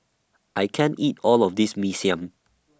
I can't eat All of This Mee Siam